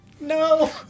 No